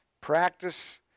practice